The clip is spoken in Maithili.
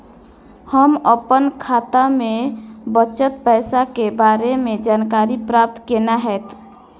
हम अपन खाता में बचल पैसा के बारे में जानकारी प्राप्त केना हैत?